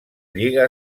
lliga